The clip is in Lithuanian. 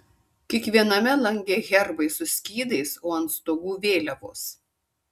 kiekviename lange herbai su skydais o ant stogų vėliavos